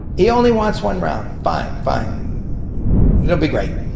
he only wants one round. fine, fine it'll be great.